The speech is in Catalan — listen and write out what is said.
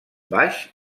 baix